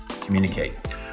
communicate